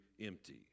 empty